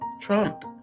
Trump